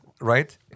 right